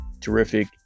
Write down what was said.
terrific